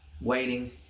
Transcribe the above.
waiting